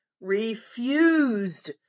refused